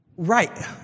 Right